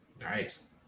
Nice